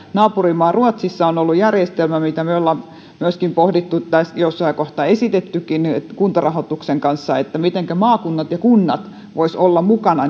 naapurimaa ruotsissa on ollut järjestelmä mitä me olemme myöskin pohtineet tai jossain kohtaa esittäneetkin kuntarahoituksen kanssa eli mitenkä maakunnat ja kunnat voisivat olla mukana